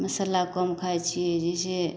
मसल्ला कम खाइ छिए जाहिसँ